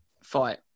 fight